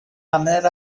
hanner